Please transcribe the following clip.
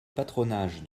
patronage